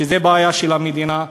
שזו בעיה של המדינה,